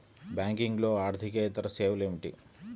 బ్యాంకింగ్లో అర్దికేతర సేవలు ఏమిటీ?